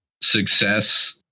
success